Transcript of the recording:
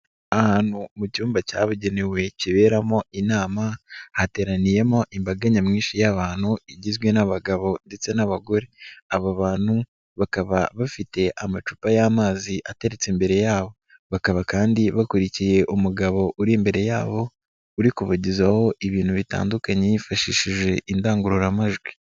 Ahantu mu cyumba cyabugenewe kiberamo inama hateraniyemo imbaga nyamwinshi y'abantu igizwe n'abagabo ndetse n'abagore, abo bantu bakaba bafite amacupa y'amazi ateretse imbere yabo, bakaba kandi bakurikiye umugabo uri imbere yabo uri kubagezaho ibintu bitandukanye yifashishije indangururamajwi.